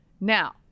Now